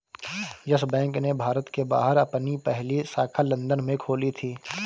yes Bank ने भारत के बाहर अपनी पहली शाखा लंदन में खोली थी